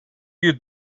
you